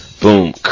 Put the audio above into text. boom